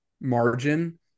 margin